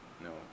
no